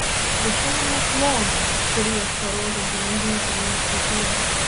prisimenat lomą kurį aš parodžiau geležinkelio stotyje